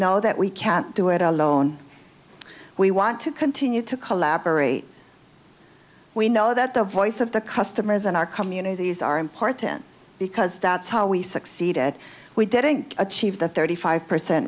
know that we can't do it alone we want to continue to collaborate we know that the voice of the customers and our communities are important because that's how we succeeded we didn't achieve the thirty five percent